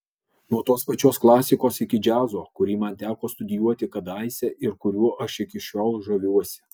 nuo tos pačios klasikos iki džiazo kurį man teko studijuoti kadaise ir kuriuo aš iki šiol žaviuosi